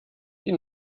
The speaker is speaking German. die